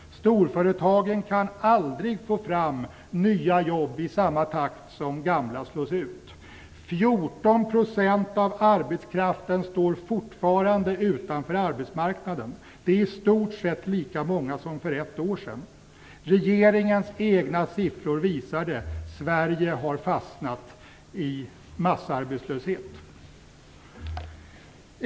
Storföretagen kan aldrig få fram nya jobb i samma takt som gamla slås ut. 14 % av arbetskraften står fortfarande utanför arbetsmarknaden. Det är i stort sett lika många som för ett år sedan. Regeringens egna siffror visade att Sverige har fastnat i massarbetslöshet.